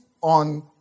on